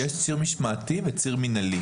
יש ציר משמעתי וציר מנהלי,